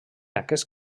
aquest